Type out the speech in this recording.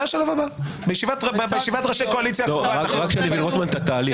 בישיבת ראשי קואליציה --- רק לראות את התהליך.